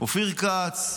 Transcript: אופיר כץ,